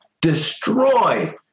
destroy